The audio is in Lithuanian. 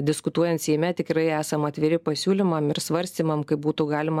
diskutuojant seime tikrai esam atviri pasiūlymam ir svarstymam kaip būtų galima